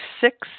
six